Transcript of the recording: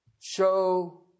show